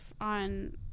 on